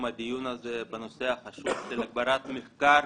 הדיון הזה בנושא החשוב של הגברת המחקר,